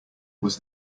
was